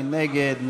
מי נגד?